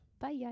Bye